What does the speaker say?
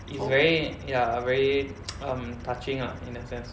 it's very ya very um touching lah in that sense